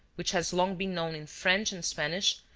which has long been known in french and spanish,